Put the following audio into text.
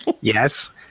yes